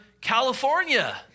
California